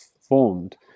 formed